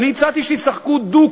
אני הצעתי שישחקו דוק.